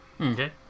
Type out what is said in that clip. Okay